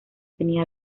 tenía